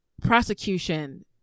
Prosecution